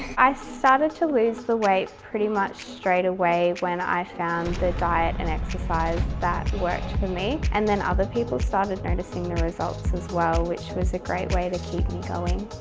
i started to lose the weight pretty much straight away when i found the diet and exercise that worked for me. and then other people started noticing the results as well which was a great way to keep me going.